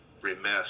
remiss